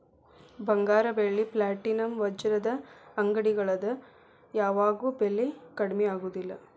ಬಂಗಾರ ಬೆಳ್ಳಿ ಪ್ಲಾಟಿನಂ ವಜ್ರದ ಅಂಗಡಿಗಳದ್ ಯಾವಾಗೂ ಬೆಲಿ ಕಡ್ಮಿ ಆಗುದಿಲ್ಲ